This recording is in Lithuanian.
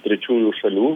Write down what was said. trečiųjų šalių